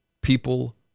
people